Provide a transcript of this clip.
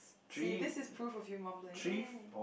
see this is prove of you mumbling anyway